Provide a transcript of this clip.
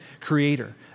creator